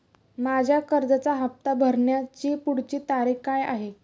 माझ्या कर्जाचा हफ्ता भरण्याची पुढची तारीख काय आहे?